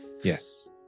Yes